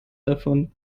davon